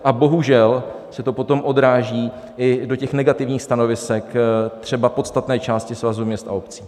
A bohužel se to potom odráží i do negativních stanovisek, třeba podstatné části Svazu měst a obcí.